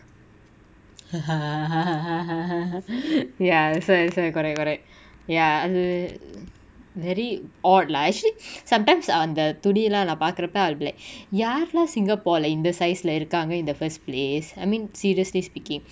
ya that's why that's why correct correct ya அது:athu very old lah actually sometimes ah அந்த துடியலா நா பாக்குரப்ப:antha thudiyala na paakurappa I will be like யார்:yaar lah singapore lah இந்த:intha size lah இருக்காங்க:irukanga in the first place I mean seriously speaking